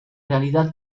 realidad